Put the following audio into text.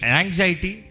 anxiety